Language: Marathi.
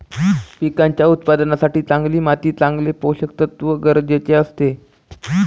पिकांच्या उत्पादनासाठी चांगली माती चांगले पोषकतत्व गरजेचे असते